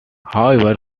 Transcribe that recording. however